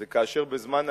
זה כאשר בזמן ההתנתקות,